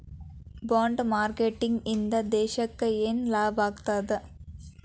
Bond marketing ಇಂದಾ ದೇಶಕ್ಕ ಯೆನ್ ಲಾಭಾಗ್ತದ?